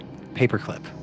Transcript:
paperclip